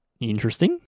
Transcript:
interesting